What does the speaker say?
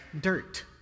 dirt